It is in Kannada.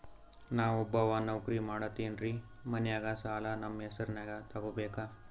ನಾ ಒಬ್ಬವ ನೌಕ್ರಿ ಮಾಡತೆನ್ರಿ ಮನ್ಯಗ ಸಾಲಾ ನಮ್ ಹೆಸ್ರನ್ಯಾಗ ತೊಗೊಬೇಕ?